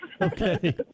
Okay